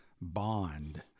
bond